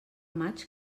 maig